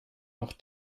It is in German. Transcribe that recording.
noch